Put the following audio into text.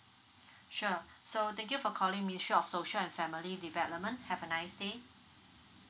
sure so thank you for calling ministry of social and family development have a nice day